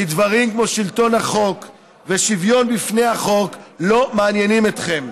כי דברים כמו שלטון החוק ושוויון בפני החוק לא מעניינים אתכם.